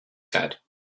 said